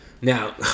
Now